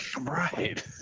Right